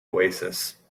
oasis